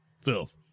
filth